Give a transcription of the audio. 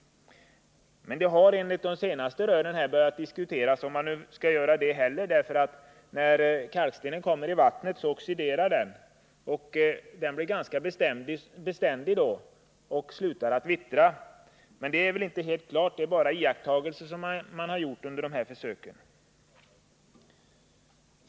Men man har, efter de senaste rönen, börjat diskutera om man inte skall göra det heller, därför att när kalkstenen kommer i vattnet oxiderar den. Den blir ganska beständig då och slutar att vittra. Men det är väl inte helt klart — det är bara iakttagelser under försöken.